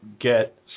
get